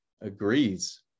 agrees